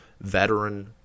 veteran